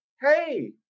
Hey